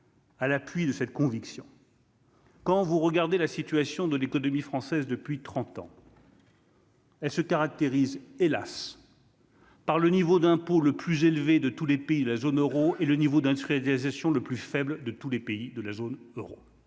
à l'appui de cette conviction. Quand vous regardez la situation de l'économie française depuis 30 ans. Elle se caractérise, hélas, par le niveau d'impôt le plus élevé de tous les pays de la zone Euro et le niveau d'un des sessions le plus faible de tous les pays de la zone Euro.